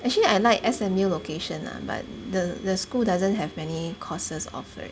actually I like S_M_U location lah but the the school doesn't have many courses offered